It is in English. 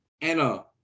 Anna